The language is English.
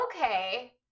okay